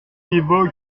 niveau